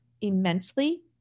immensely